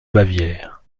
bavière